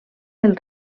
del